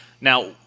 Now –